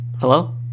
Hello